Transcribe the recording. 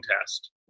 test